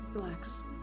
Relax